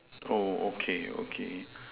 oh okay okay